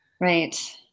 right